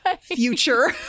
future